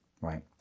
right